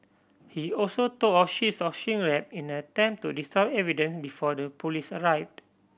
he also tore off sheets of shrink wrap in an attempt to destroy evidence before the police arrived